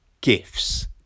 gifts